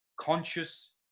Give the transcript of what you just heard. conscious